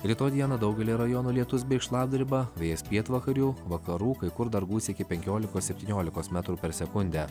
rytoj dieną daugelyje rajonų lietus bei šlapdriba vėjas pietvakarių vakarų kai kur dar gūsiai iki penkiolikos septyniolikos metrų per sekundę